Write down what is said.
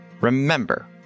remember